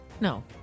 No